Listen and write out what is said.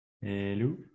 Hello